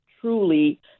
truly